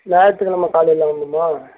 ஞாயிற்று கெழமை காலையில் வரணுமா